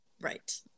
right